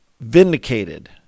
vindicated